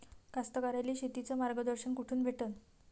कास्तकाराइले शेतीचं मार्गदर्शन कुठून भेटन?